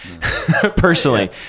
personally